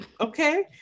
okay